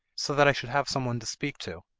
so that i should have some one to speak to.